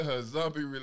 zombie